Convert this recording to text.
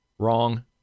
wrong